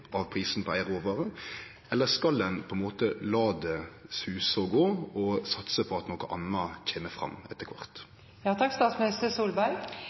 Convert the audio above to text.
av prisen på éi råvare, eller skal ein la det suse og gå og satse på at noko anna kjem fram etter